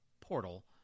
portal